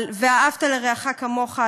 על ואהבת לרעך כמוך,